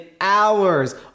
hours